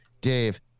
Dave